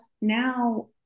now